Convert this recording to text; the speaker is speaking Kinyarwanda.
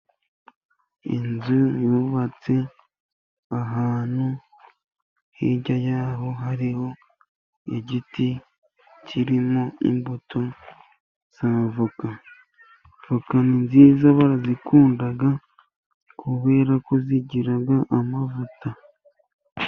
Inzu yubatse ahantu hirya y'aho hariho igiti kirimo imbuto z'avoka. Avoka ni nziza barazikunda kubera ko zigira amavuta.